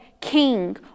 King